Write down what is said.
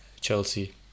Chelsea